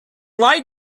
why